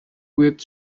with